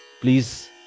please